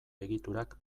egiturak